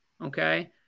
Okay